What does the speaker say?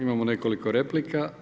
Imamo nekoliko replika.